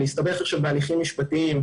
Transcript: להסתבך עכשיו בהליכים משפטיים,